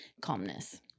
calmness